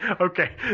okay